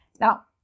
Now